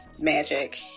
magic